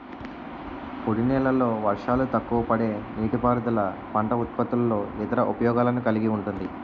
పొడినేలల్లో వర్షాలు తక్కువపడే నీటిపారుదల పంట ఉత్పత్తుల్లో ఇతర ఉపయోగాలను కలిగి ఉంటుంది